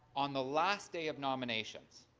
on the last day of nominations,